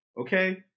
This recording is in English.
okay